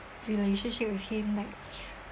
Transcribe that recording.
relationship with him like